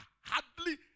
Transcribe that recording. hardly